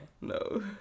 No